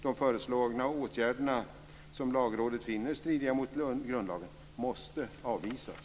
De föreslagna åtgärderna som Lagrådet finner strida mot grundlagen måste avvisas.